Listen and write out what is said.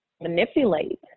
manipulate